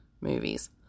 movies